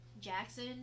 Jackson